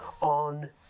on